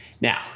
Now